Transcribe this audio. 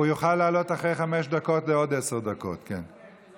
הוא יוכל לעלות אחרי חמש דקות לעוד עשר דקות, כן.